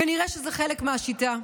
כנראה שזה חלק מהשיטה.